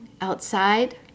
outside